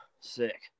sick